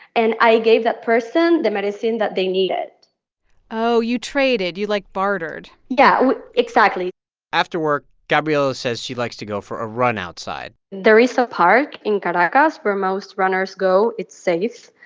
and i gave that person the medicine that they needed oh, you traded. you, like, bartered yeah. exactly after work, gabriela says she likes to go for a run outside there is a so park in caracas where most runners go. it's safe.